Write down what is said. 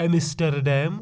Amsterdam